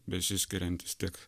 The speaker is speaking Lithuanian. besiskiriantis tik